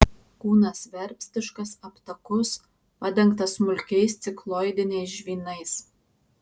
kūnas verpstiškas aptakus padengtas smulkiais cikloidiniais žvynais